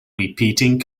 repeating